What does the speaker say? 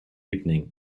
evening